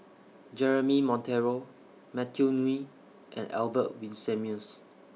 Jeremy Monteiro Matthew Ngui and Albert Winsemius